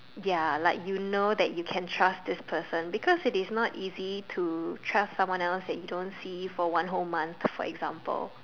ya like you know that you can trust this person because it is not easy to trust someone else that you don't see for one whole month for example